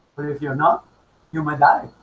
but if you're not you might die,